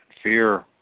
fear